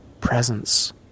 presence